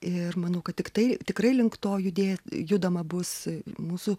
ir manau kad tiktai tikrai link to judė judama bus mūsų